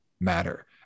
matter